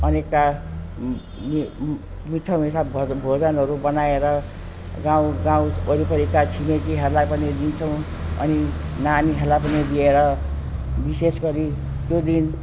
अनेकका म म मिठा मिठा भोजनहरू बनाएर गाउँ गाउँ वरिपरिका छिमेकीहरूलाई पनि दिन्छौँ अनि नानीहरूलाई पनि दिएर विशेष गरी त्यो दिन